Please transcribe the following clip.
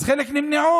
אז חלק נמנעו,